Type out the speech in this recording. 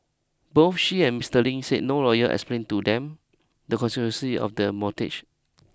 both she and Mister Ling said no lawyer explained to them the consequences of the